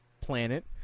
planet